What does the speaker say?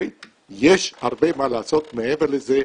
יש הרבה מה לעשות מעבר לזה,